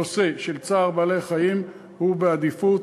הנושא של צער בעלי-חיים הוא בעדיפות,